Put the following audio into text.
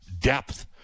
depth